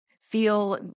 feel